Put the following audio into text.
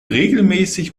regelmäßig